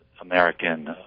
American